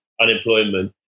unemployment